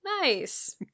Nice